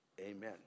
Amen